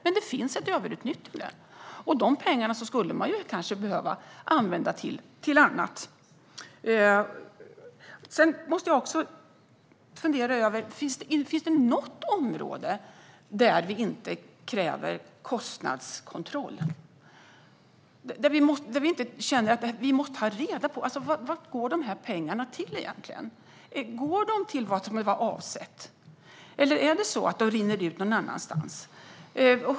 Men det finns ett överutnyttjande, och dessa pengar kan man behöva använda till annat. Finns det något område där vi inte kräver kostnadskontroll och vill veta vart pengarna går? Går de till det avsedda? Eller rinner de ut någon annanstans?